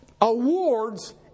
awards